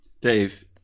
Dave